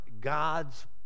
God's